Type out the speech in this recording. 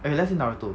okay let's say naruto